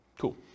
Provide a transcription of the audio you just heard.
Cool